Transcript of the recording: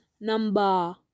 number